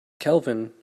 kelvin